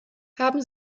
haben